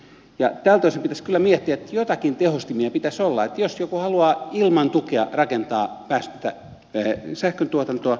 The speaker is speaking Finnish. tältä osin pitäisi kyllä miettiä että joitakin tehostimia pitäisi olla niin että jos joku haluaa ilman tukea rakentaa päästötöntä sähköntuotantoa niin sitä ei missään tapauksessa pitäisi millään tavalla pyrkiä estämään